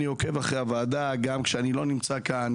אני עוקב אחרי הוועדה גם כשאני לא נמצא כאן,